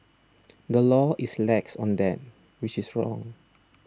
the law is lax on that which is wrong